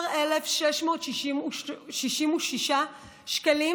11,666 שקלים,